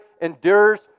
endures